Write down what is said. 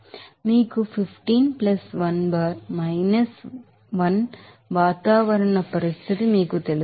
కాబట్టి మీకు 15 1 బార్ 1 వాతావరణ పరిస్థితి మీకు తెలుసు